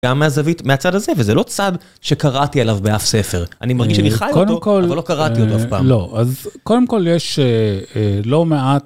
גם מהזווית, מהצד הזה, וזה לא צד שקראתי עליו באף ספר. אני מרגיש שאני חי אותו, אבל לא קראתי אותו אף פעם. לא, אז קודם כל יש לא מעט...